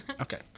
Okay